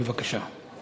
בבקשה.